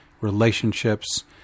relationships